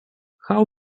how